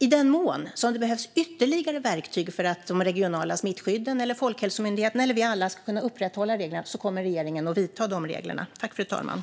I den mån som det behövs ytterligare verktyg för att de regionala smittskyddsmyndigheterna, Folkhälsomyndigheten eller vi alla ska kunna upprätthålla reglerna kommer regeringen att vidta de åtgärderna.